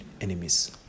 enemies